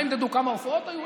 מה ימדדו, כמה הופעות היו?